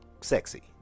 sexy